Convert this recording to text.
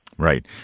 Right